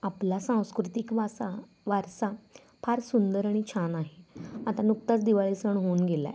आपला सांस्कृतिक वासा वारसा फार सुंदर आणि छान आहे आता नुकताच दिवाळी सण होऊन गेला आहे